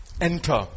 enter